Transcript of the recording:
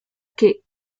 que